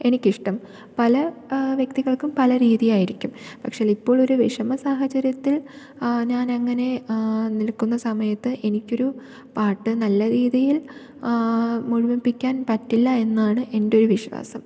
എനിക്കിഷ്ടം പല വ്യക്തികൾക്കും പല രീതിയായിരിക്കും പക്ഷെയെങ്കിൽ ഇപ്പോഴൊരു വിഷമ സാഹചര്യത്തിൽ ഞാൻ അങ്ങനെ നിൽക്കുന്ന സമയത്ത് എനിക്കൊരു പാട്ട് നല്ല രീതിയിൽ മുഴുമിപ്പിക്കാൻ പറ്റില്ലായെന്നാണ് എൻ്റെ ഒരു വിശ്വാസം